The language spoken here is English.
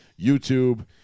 YouTube